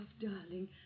darling